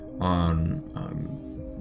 on